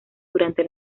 durante